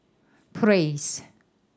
praise